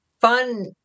fun